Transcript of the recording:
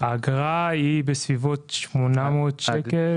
האגרה היא בסביבות 800 ₪ לחודש.